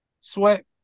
Sweat